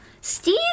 steve